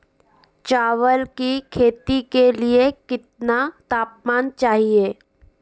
चावल की खेती के लिए कितना तापमान चाहिए?